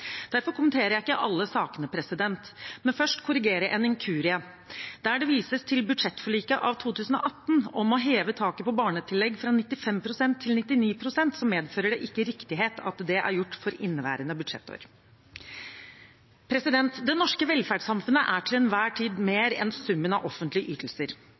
Derfor kommenterer jeg ikke alle sakene, men først vil jeg korrigere en inkurie. Der det vises til budsjettforliket av 2018 om å heve taket på barnetillegg fra 95 pst. til 99 pst., medfører det ikke riktighet at det er gjort for inneværende budsjettår. Det norske velferdssamfunnet er til enhver tid mer enn summen av offentlige ytelser.